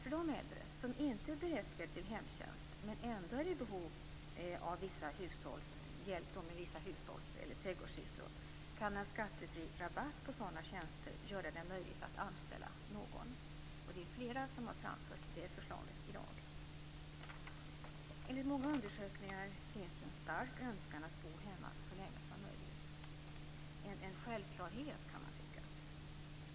För de äldre som inte är berättigade till hemtjänst men ändå är i behov av hjälp med vissa hushålls eller trädgårdssysslor kan en skattefri rabatt på sådana tjänster göra det möjligt att anställa någon. Det är flera som har framfört det förslaget i dag. Enligt många undersökningar finns det en stark önskan att bo hemma så länge som möjligt - en självklarhet, kan man tycka.